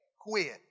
quit